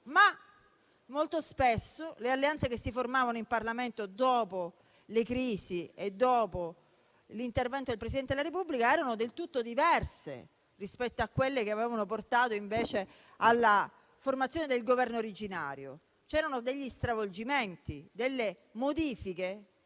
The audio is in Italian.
Molto spesso, però, le alleanze che si formavano in Parlamento dopo le crisi e dopo l'intervento del Presidente della Repubblica erano del tutto diverse rispetto a quelle che avevano portato alla formazione del Governo originario; c'erano degli stravolgimenti, delle modifiche